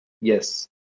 Yes